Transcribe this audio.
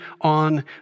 on